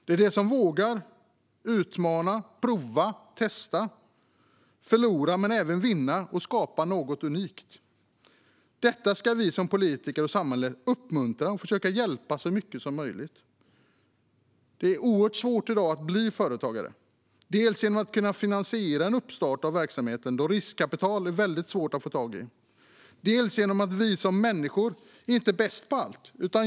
Det är de som vågar utmana, prova, testa, förlora, men även vinna, och skapa något unikt. Detta ska vi som politiker och samhälle uppmuntra och försöka hjälpa till med så mycket som möjligt. Det är oerhört svårt i dag att bli företagare, dels därför att det är svårt att finansiera uppstarten av verksamheten då riskkapital är väldigt svårt att få tag på, dels därför att vi som människor inte är bäst på allt.